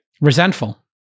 resentful